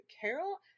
Carol